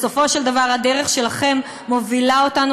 בסופו של דבר הדרך שלכם מובילה אותנו